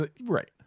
Right